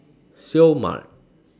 Seoul Mart